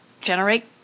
generate